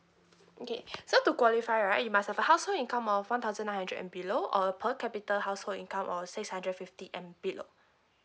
okay so to qualify right you must have a household income of one thousand nine hundred and below or per capita household income of six hundred fifty and below